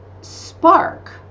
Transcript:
spark